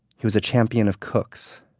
he was a champion of cooks.